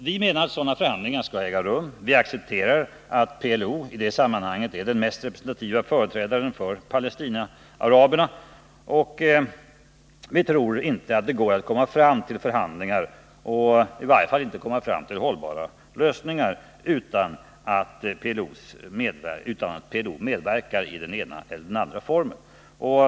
Vi menar att sådana förhandlingar skall äga rum, vi accepterar att PLO i det sammanhanget är den mest representantiva företrädaren för Palestinaaraberna, och vi tror inte att det går att komma fram till förhandlingar, i varje fall inte till hållbara lösningar, utan att PLO medverkar i den ena eller den andra formen.